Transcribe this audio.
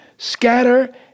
Scatter